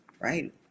right